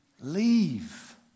Leave